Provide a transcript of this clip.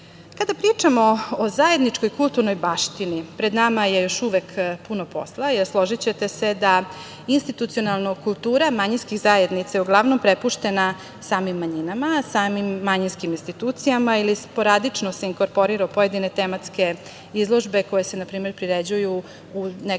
pričamo o zajedničkoj kulturnoj baštini, pred nama je još uvek puno posla, jer složićete se da institucionalno kultura manjinskih zajednica je uglavnom prepuštena samim manjinama, samim manjinskim institucijama ili sporadično se inkorporira u pojedine tematske izložbe koje se na primer priređuju u nekim većim